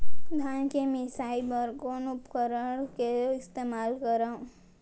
धान के मिसाई बर कोन उपकरण के इस्तेमाल करहव?